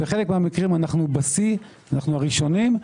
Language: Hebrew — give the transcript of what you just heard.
בחלק מהמקרים אנחנו בשיא, הראשונים,